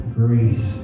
grace